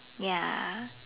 ya